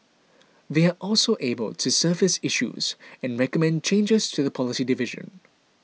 they are also able to surface issues and recommend changes to the policy division